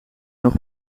nog